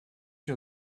you